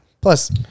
plus